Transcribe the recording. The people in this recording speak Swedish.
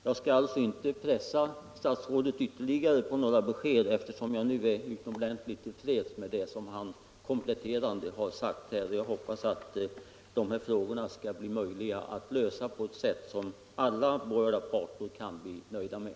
Jag skall inte pressa statsrådet på ytterligare några besked, eftersom jag alltså är utomordentligt nöjd med de kompletterande uttalanden han nu gjort. Jag hoppas att det skall bli möjligt att lösa dessa frågor på ett sätt som alla berörda parter kan vara nöjda med.